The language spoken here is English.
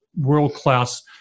world-class